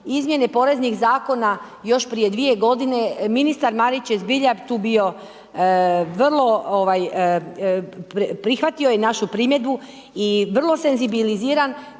Izmjene poreznih zakona još prije dvije godine, ministar Marić je zbilja tu bio vrlo ovaj, prihvatio je našu primjedbu i vrlo senzibiliziran